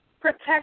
protect